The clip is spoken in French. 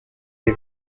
les